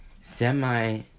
semi